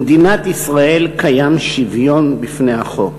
1 2. במדינת ישראל קיים שוויון בפני החוק